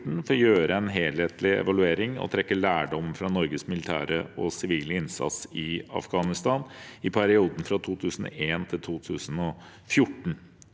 for å gjøre en helhetlig evaluering og trekke lærdom fra Norges militære og sivile innsats i Afghanistan i perioden fra 2001 til 2014.